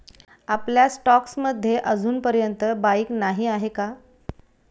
आपल्या स्टॉक्स मध्ये अजूनपर्यंत बाईक नाही आहे का?